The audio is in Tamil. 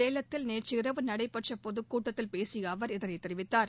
சேலத்தில் நேற்றிரவு நடைபெற்ற பொதுக்கூட்டத்தில் பேசிய அவர் இதனைத் தெரிவித்தார்